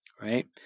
right